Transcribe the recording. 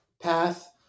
path